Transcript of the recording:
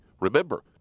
Remember